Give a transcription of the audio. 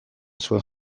zuen